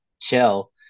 chill